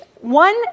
one